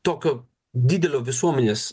tokio didelio visuomenės